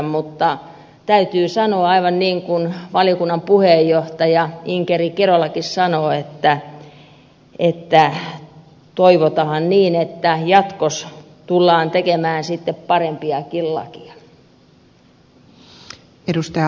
mutta täytyy sanoa aivan niin kuin valiokunnan puheenjohtaja inkeri kerolakin sanoo että toivotahan niin että jatkos tullaan tekemään sitten parempiakin lakia